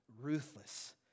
ruthless